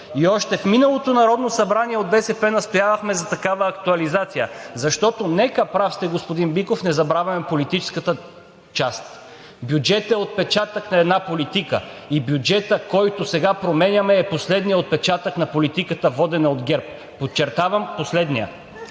Още в миналото Народно събрание от БСП настоявахме за такава актуализация, защото нека – прав сте, господин Биков, не забравяме политическата част – бюджетът е отпечатък на една политика, и бюджетът, който сега променяме, е последният отпечатък на политиката, водена от ГЕРБ. Подчертавам, последният.